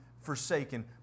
forsaken